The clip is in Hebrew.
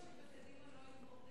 אתה מבטיח שבקדימה לא יהיו מורדים?